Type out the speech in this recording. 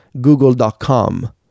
google.com